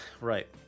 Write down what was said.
Right